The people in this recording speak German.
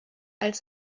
als